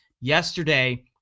yesterday